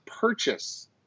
purchase